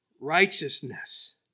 righteousness